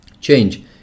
Change